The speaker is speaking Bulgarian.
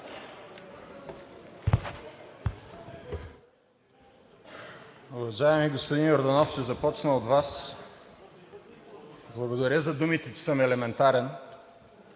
Благодаря за думите, че съм елементарен.